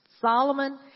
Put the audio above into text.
Solomon